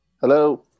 Hello